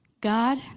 God